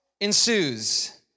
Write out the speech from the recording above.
ensues